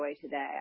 today